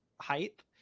height